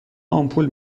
آمپول